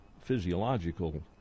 physiological